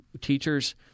teachers